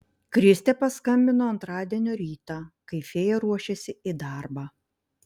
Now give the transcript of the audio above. kristė paskambino antradienio rytą kai fėja ruošėsi į darbą